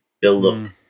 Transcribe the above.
build-up